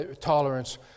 Tolerance